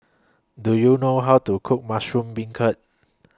Do YOU know How to Cook Mushroom Beancurd